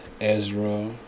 Ezra